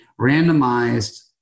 randomized